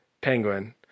penguin